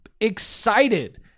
excited